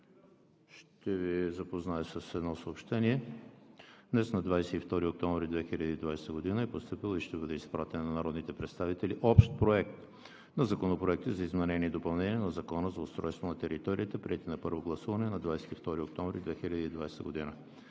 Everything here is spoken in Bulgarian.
Ще Ви запозная с едно съобщение: Днес, 22 октомври 2020 г., е постъпил и ще бъде изпратен на народните представители Общ проект на Законопроекти за изменение и допълнение на Закона за устройство на териториите, приети на първо гласуване на 22 октомври 2020 г.